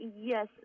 yes